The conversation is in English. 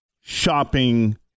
shopping